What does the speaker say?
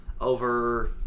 over